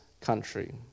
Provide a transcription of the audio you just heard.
country